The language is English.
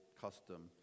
custom